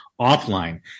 offline